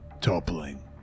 toppling